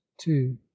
two